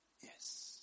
yes